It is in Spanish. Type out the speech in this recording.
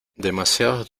demasiados